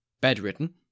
Bedridden